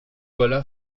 voilà